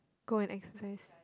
go and exercise